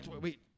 wait